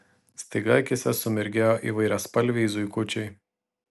staiga akyse sumirgėjo įvairiaspalviai zuikučiai